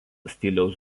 stiliaus